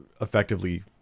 effectively